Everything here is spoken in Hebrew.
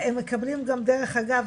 הם מקבלים גם דרך אגב,